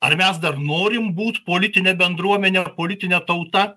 ar mes dar norim būt politine bendruomene ir politine tauta